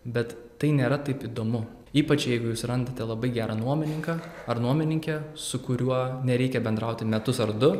bet tai nėra taip įdomu ypač jeigu jūs randate labai gerą nuomininką ar nuomininkę su kuriuo nereikia bendrauti metus ar du